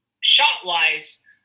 shot-wise